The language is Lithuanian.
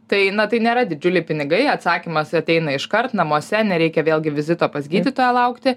tai na tai nėra didžiuliai pinigai atsakymas ateina iškart namuose nereikia vėlgi vizito pas gydytoją laukti